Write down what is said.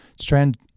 strand